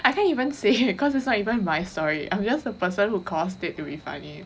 I can't even say it because it's not even my story I'm just the person who caused it to be funny